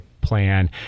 plan